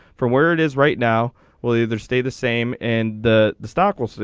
for where it is right now well either stay the same and the the stock will. but